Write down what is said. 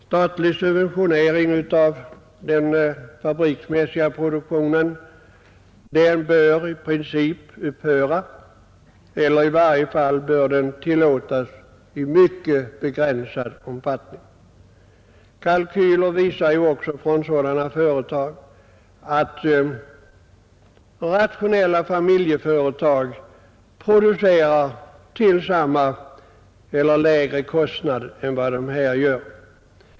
Statlig subventionering av den fabriksmässiga produktionen bör i princip upphöra eller i varje fall endast tillåtas i mycket begränsad omfattning. Kalkyler från sådana här företag visar ju också att rationella familjeföretag producerar till samma eller lägre kostnader som dessa fabriker.